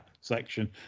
section